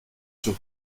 sur